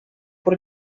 por